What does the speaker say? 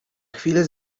chwilę